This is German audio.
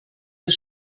das